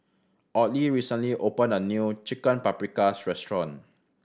Audley recently opened a new Chicken Paprikas Restaurant